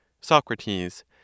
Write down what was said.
SOCRATES